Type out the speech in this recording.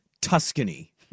Tuscany